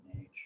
age